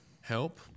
help